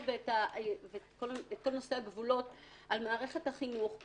ואת כל נושא הגבולות על מערכת החינוך,